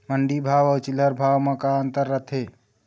मंडी भाव अउ चिल्हर भाव म का अंतर रथे?